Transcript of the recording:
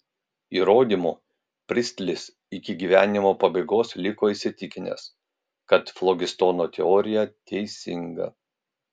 įrodymo pristlis iki gyvenimo pabaigos liko įsitikinęs kad flogistono teorija teisinga